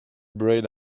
bread